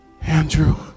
Andrew